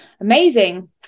amazing